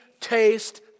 taste